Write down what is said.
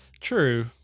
True